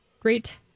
great